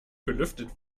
belüftet